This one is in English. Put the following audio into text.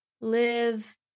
live